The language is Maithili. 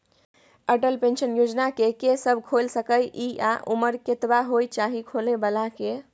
अटल पेंशन योजना के के सब खोइल सके इ आ उमर कतबा होय चाही खोलै बला के?